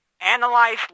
Analyze